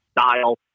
style